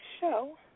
show